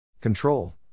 Control